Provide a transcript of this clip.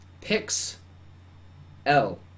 Pix-L